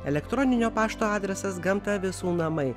elektroninio pašto adresas gamta visų namai